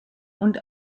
und